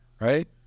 right